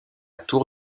tour